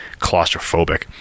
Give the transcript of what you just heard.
claustrophobic